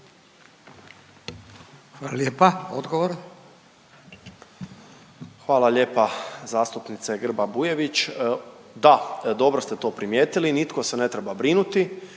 Tomislav (HDZ)** Hvala lijepa zastupnice Grba Bujević. Da, dobro ste to primijetili, nitko se ne treba brinuti.